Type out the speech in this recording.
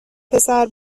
پسر